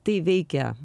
tai veikia